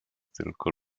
tylko